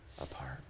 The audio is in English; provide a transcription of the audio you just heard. apart